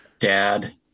Dad